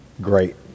Great